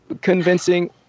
convincing